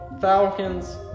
falcons